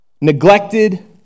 neglected